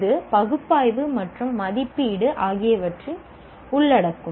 இது பகுப்பாய்வு மற்றும் மதிப்பீடு ஆகியவற்றை உள்ளடக்கும்